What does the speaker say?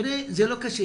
תראה, זה לא קשה.